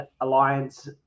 alliance